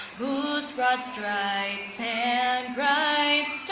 whose broad stripes and bright